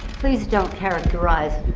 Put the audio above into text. please don't characterize